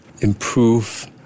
improve